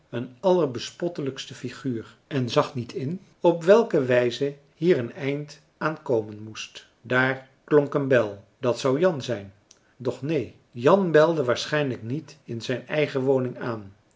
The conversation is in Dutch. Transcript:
een allerbespottelijkste figuur en zag niet in op welke wijze hier een eind aan komen moest daar klonk een bel dat zou jan zijn doch neen jan belde waarschijnlijk niet in zijn eigen woning aan